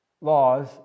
laws